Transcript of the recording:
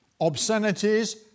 obscenities